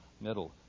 middle